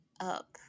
up